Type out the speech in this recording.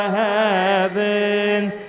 heavens